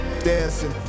Dancing